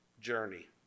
journey